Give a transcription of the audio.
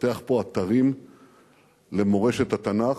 לפתח פה אתרים למורשת התנ"ך.